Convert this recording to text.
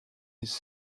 his